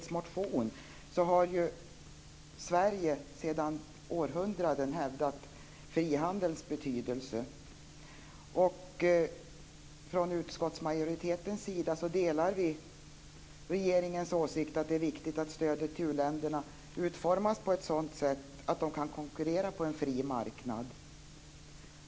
Sverige sedan århundraden hävdat frihandelns betydelse. Utskottsmajoriteten delar regeringens åsikt att det är viktigt att stödet till u-länderna utformas på ett sådant sätt att de kan konkurrera på en fri marknad.